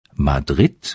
Madrid